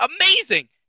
Amazing